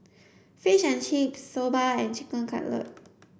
Fish and Chips Soba and Chicken Cutlet